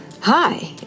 Hi